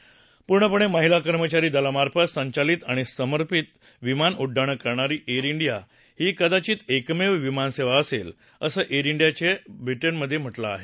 संपूर्णपणे महिला कर्मचारी दलामार्फत संचालित आणि समर्थित विमान उड्डांण करणारी एअर इंडिया ही कदाचित एकमेव विमानसेवा असेल असं एअर इंडियाच्या ट्विटमध्ये म्हटलं आहे